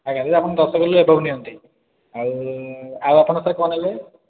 ଆଜ୍ଞା ଯଦି ଆପଣ ଦଶ କିଲୋ ଏବୋଭ୍ ନିଅନ୍ତି ଆଉ ଆଉ ଆପଣ ସାର୍ କ'ଣ ନେଲେ